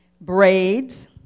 braids